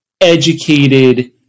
educated